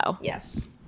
Yes